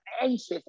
anxious